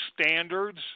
standards